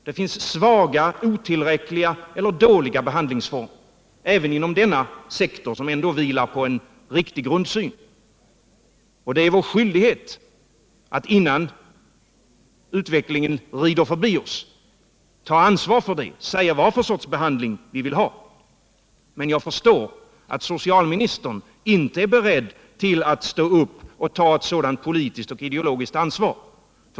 Det finns svaga, otillräckliga och dåliga behandlingsformer även inom denna sektor som ändå vilar på en riktig grundsyn. Det är vår skyldighet att innan utvecklingen glider förbi oss ta ansvaret och säga vad för sorts behandling vi vill ha. Jag förstår att socialministern inte är beredd att stå upp och ta ett sådant politiskt och ideologiskt ansvar.